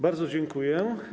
Bardzo dziękuję.